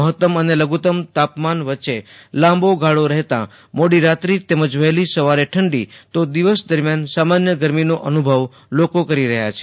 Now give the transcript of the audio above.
મહત્તમ અને લધુત્તમ તાપમાન વચ્ચે લાંબો ગાળો રહેતા મોડી રાત્રે તેમજ વહેલી સવારે ઠંડી તો દિવસ દરમ્યાન સામાન્ય ગરમી અનુભવાઈ રહી છે